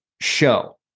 show